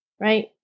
right